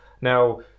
Now